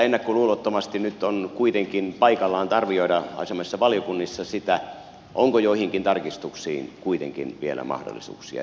minusta nyt on kuitenkin paikallaan ennakkoluulottomasti arvioida asianomaisissa valiokunnissa sitä onko joihinkin tarkistuksiin vielä mahdollisuuksia ja tarpeita